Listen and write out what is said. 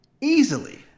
Easily